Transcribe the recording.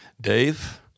Dave